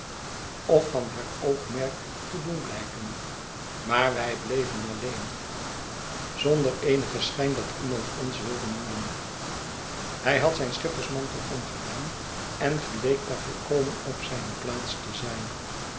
of van haar oogmerk te doen blijken maar wij bleven alleen zonder eenigen schijn dat iemand ons wildemoeien hij had zijn schippersmantel omgedaan en geleek daar volkomen op zijne plaats te zijn